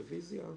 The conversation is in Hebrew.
הרביזיה נסגרה.